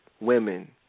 women